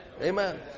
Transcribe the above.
Amen